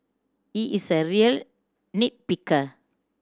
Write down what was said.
he is a real nit picker